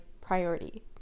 priority